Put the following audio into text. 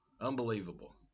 unbelievable